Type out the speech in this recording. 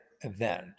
event